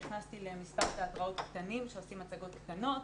נכנסתי למספר תיאטראות קטנים שעושים הצגות קטנות